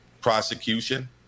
prosecution